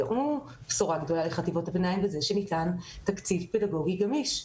בשורה גדולה לחטיבות הביניים וזה שניתן תקציב פדגוגי גמיש.